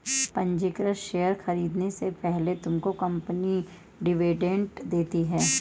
पंजीकृत शेयर खरीदने से पहले तुमको कंपनी डिविडेंड देती है